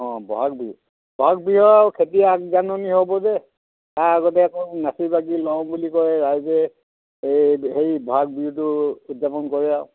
অঁ বহাগ বিহু বহাগ বিহু আৰু খেতি আগজাননি হ'ব যে তাৰ আগতে আকৌ নাচি বাগি লওঁ বুলি কয় ৰাইজে এই সেই ব'হাগ বিহুটো উদযাপন কৰে আৰু